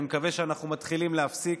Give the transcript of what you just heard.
אנחנו מתחילים להפסיק.